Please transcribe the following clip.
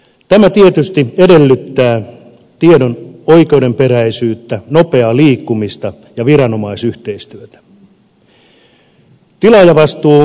tämä tietysti edellyttää tiedon oikeudenperäisyyttä nopeaa liikkumista ja viranomaisyhteistyötä